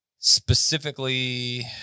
specifically